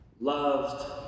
loved